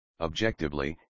objectively